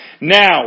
Now